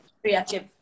creative